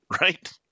right